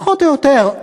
פחות או יותר.